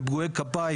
בפגועי גפיים,